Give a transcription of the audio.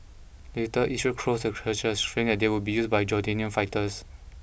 later Israel closed the churches fearing they would be used by Jordanian fighters